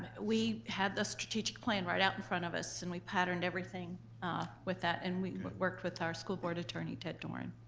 we had the strategic plan right out in front of us, and we patterned everything ah with that, and we worked with our school board attorney ted doran.